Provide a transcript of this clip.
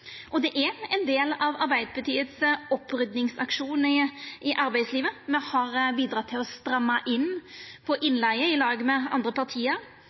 Og det er ein del av Arbeidarpartiets oppryddingsaksjon i arbeidslivet: Me har bidratt til å stramma inn på innleige i lag med andre parti,